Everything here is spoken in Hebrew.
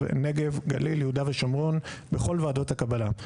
יהודה ושומרון בכל ועדות הקבלה.